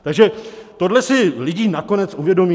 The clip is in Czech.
Takže tohle si lidé nakonec uvědomí.